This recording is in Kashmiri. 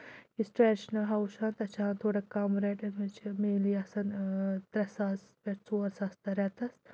یُس ٹرٛٮ۪ڈِشنَل ہاوُس چھُ آسان تَتہِ چھِ آسان تھوڑا کَم ریٹ یَتھ منٛز چھِ مینلی آسان ترٛےٚ ساس پٮ۪ٹھ ژور ساس تہٕ رٮ۪تَس